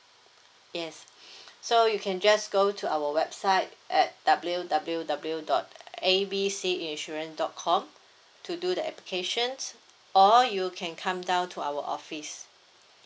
yes so you can just go to our website at W W W dot uh A B C insurance dot com to do the applications or you can come down to our office